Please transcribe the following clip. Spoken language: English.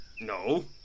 No